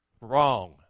Wrong